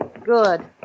Good